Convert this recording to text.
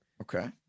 Okay